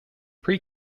pre